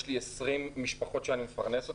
יש לי 20 משפחות שאני מפרנס.